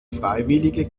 freiwillige